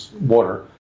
water